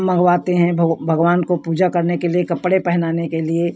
मंगवाते हैं भग भगवान को पूजा करने के लिए कपड़े पहनाने के लिए